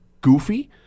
goofy